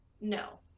No